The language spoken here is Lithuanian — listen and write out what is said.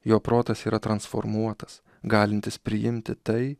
jo protas yra transformuotas galintis priimti tai